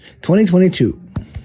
2022